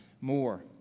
more